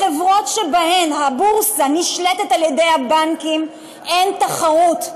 בחברות שבהן הבורסה נשלטת על-ידי הבנקים אין תחרות,